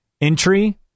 entry